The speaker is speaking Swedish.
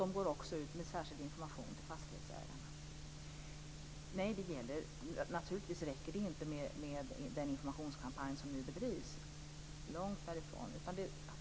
Man går också ut med särskild information till fastighetsägarna. Nej, naturligtvis räcker det inte med den informationskampanj som nu bedrivs, långt därifrån.